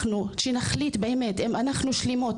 אנחנו כשנחליט באמת האם אנחנו שלמות